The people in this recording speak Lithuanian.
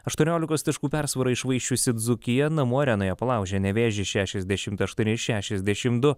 aštuoniolikos taškų persvarą iššvaisčiusi dzūkija namų arenoje palaužė nevėžį šešiasdešimt aštuoni šešiasdešim du